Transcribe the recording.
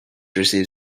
receive